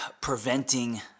preventing